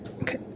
Okay